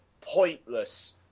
pointless